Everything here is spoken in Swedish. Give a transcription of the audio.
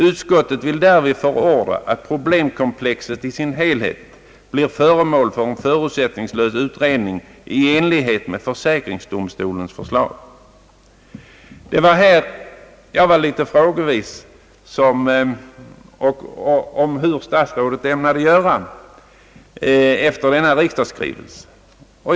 Utskottet vill därvid förorda att problemkomplexet i sin helhet blir föremål för en förutsättningslös utredning i enlighet med försäkringsdomstolens förslag.» Det var här jag blev litet frågvis om vad statsrådet ämnade göra med anledning av riksdagens skrivelse.